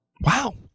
Wow